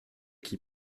qui